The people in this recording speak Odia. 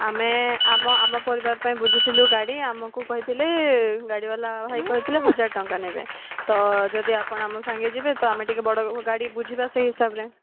ଆମେ ଆମ ଆମ ପରିବାର ପାଇଁ ବୁଝିଥିଲୁ ଗାଡ଼ି ଆମକୁ କହିଥିଲେ ଗାଡ଼ିବାଲା ଭାଇ କହିଥିଲେ ହଜାରେ ଟଙ୍କା ନେବେ ତ ଯଦି ଆପଣ ଆମ ସାଙ୍ଗେ ଯିବେ ତ ଆମେ ଟିକେ ବଡ଼ ଗାଡ଼ି ବୁଝିବା ସେଇ ହିସାବରେ